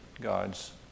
God's